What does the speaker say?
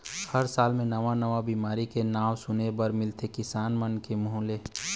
हर साल नवा नवा बिमारी के नांव सुने बर मिलथे किसान मन के मुंह ले